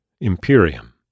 Imperium